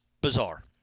bizarre